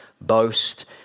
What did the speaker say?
boast